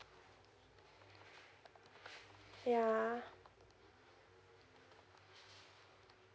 yeah